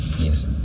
Yes